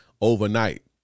overnight